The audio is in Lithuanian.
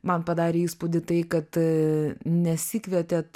man padarė įspūdį tai kad nesikvietėt